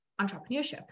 entrepreneurship